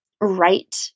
right